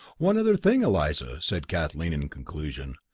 one other thing, eliza, said kathleen, in conclusion.